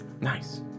nice